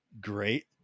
great